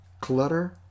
clutter